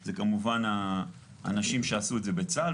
זה כמובן האנשים שעשו את זה בצה"ל,